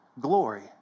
glory